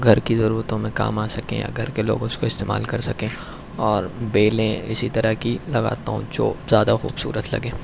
گھر کی ضرورتوں میں کام آ سکیں یا گھر کے لوگ اس کو استعمال کر سکیں اور بیلیں اسی طرح کی لگاتا ہوں جو زیادہ خوبصورت لگیں